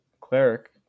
Cleric